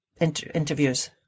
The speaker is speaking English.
interviews